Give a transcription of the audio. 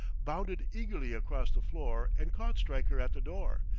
bounded eagerly across the floor, and caught stryker at the door,